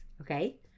okay